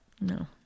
No